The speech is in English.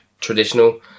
traditional